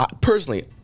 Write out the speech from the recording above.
Personally